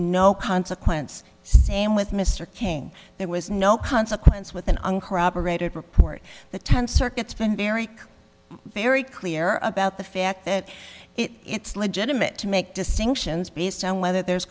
no consequence same with mr king there was no consequence with an encore operated report the tenth circuit's been very very clear about the fact that it's legitimate to make distinctions based on whether there's